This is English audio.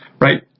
right